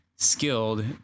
Skilled